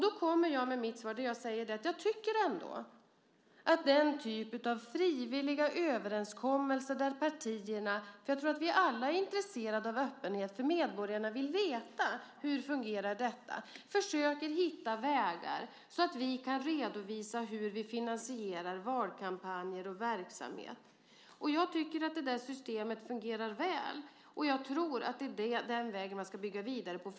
Då kommer jag till mitt svar där jag säger att vi genom frivilliga överenskommelser - jag tror att vi alla är intresserade av öppenhet, för medborgarna vill veta hur detta fungerar - försöker hitta vägar så att vi kan redovisa hur vi finansierar valkampanjer och verksamhet. Jag tycker att det där systemet fungerar väl. Jag tror att det är den vägen man ska bygga vidare på.